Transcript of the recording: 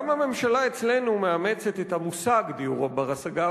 גם הממשלה אצלנו מאמצת את המושג "דיור בר-השגה",